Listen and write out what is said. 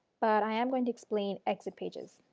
but i am going to explain exit pages.